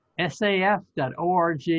saf.org